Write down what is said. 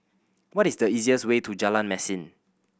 what is the easiest way to Jalan Mesin